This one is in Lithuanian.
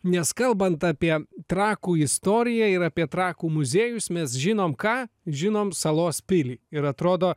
nes kalbant apie trakų istoriją ir apie trakų muziejus mes žinom ką žinom salos pilį ir atrodo